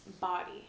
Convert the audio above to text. body